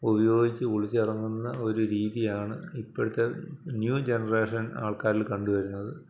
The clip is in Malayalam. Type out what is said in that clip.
ഉപയോഗിച്ച് കുളിച്ചിറങ്ങുന്ന ഒരു രീതിയാണ് ഇപ്പഴത്തെ ന്യൂ ജനറേഷൻ ആൾക്കാരില് കണ്ടുവരുന്നത്